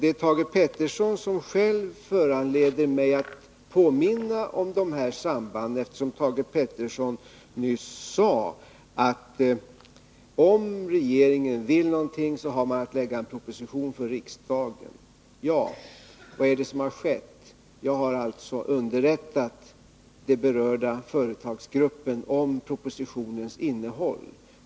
Det är Thage Peterson själv som föranleder mig att påminna om dessa samband, eftersom han nyss sade att om regeringen vill någonting, så har den att lägga fram en proposition för riksdagen. Vad är det som har skett? Ja, jag har alltså underrättat den berörda Nr 88 företagsgruppen om propositionens innehåll.